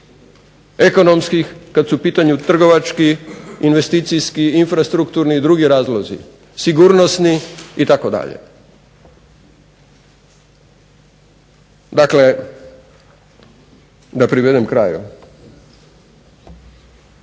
Ekonomskih kad su u pitanju trgovački, investicijski, infrastrukturni i drugi razlozi, sigurnosni itd. Dakle, da privedem kraju.